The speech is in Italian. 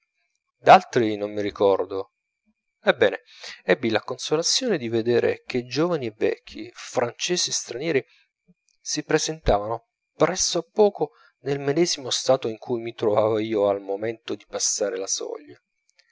hugo d'altri non mi ricordo ebbene ebbi la consolazione di vedere che giovani e vecchi francesi e stranieri si presentavano presso a poco nel medesimo stato in cui mi trovava io al momento di passare la soglia